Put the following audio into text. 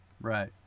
Right